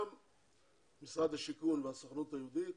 משרד השיכון והסוכנות היהודית,